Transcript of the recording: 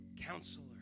Counselor